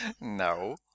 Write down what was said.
No